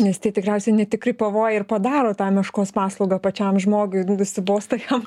nes tie tikriausiai netikri pavojai ir padaro tą meškos paslaugą pačiam žmogui nusibosta jam